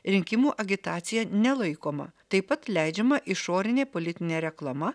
rinkimų agitacija nelaikoma taip pat leidžiama išorinė politinė reklama